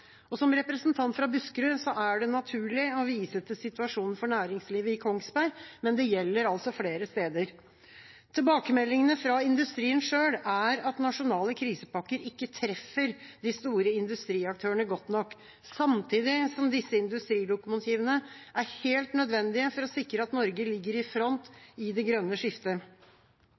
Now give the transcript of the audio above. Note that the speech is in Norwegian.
Som representant fra Buskerud er det naturlig å vise til situasjonen for næringslivet i Kongsberg, men det gjelder flere steder. Tilbakemeldingene fra industrien selv er at nasjonale krisepakker ikke treffer de store industriaktørene godt nok, samtidig som disse industrilokomotivene er helt nødvendige for å sikre at Norge ligger i front i det grønne skiftet.